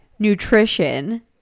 Nutrition